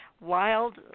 Wild